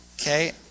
okay